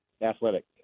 Athletic